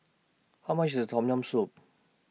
How much IS Tom Yam Soup